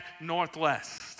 Northwest